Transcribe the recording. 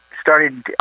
started